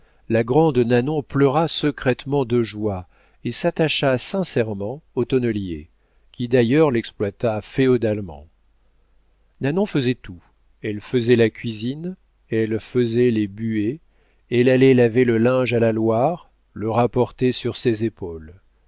la grande nanon pleura secrètement de joie et s'attacha sincèrement au tonnelier qui d'ailleurs l'exploita féodalement nanon faisait tout elle faisait la cuisine elle faisait les buées elle allait laver le linge à la loire le rapportait sur ses épaules